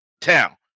town